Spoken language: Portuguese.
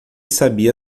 sabia